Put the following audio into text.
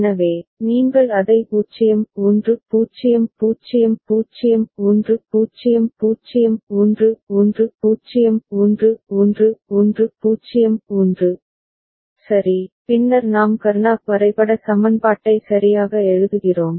எனவே நீங்கள் அதை 0 1 0 0 0 1 0 0 1 1 0 1 1 1 0 1 சரி பின்னர் நாம் கர்னாக் வரைபட சமன்பாட்டை சரியாக எழுதுகிறோம்